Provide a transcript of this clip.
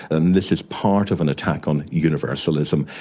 and this is part of an attack on universalism.